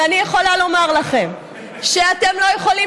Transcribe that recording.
ואני יכולה לומר לכם שאתם לא יכולים